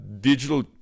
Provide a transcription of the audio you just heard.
digital